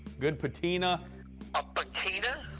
good patina. a patina?